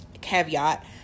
Caveat